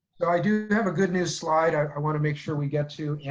i do have a good news slide i i wanna make sure we get to. yeah